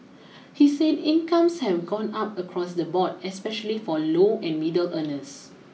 he said incomes have gone up across the board especially for low and middle earners